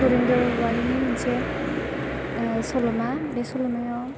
धरनीधर औवारीनि मोनसे सल'मा बे सल'मायाव